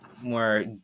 more